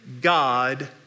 God